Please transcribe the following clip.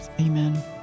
Amen